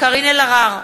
קארין אלהרר,